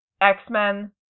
X-Men